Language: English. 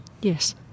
Yes